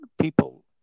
people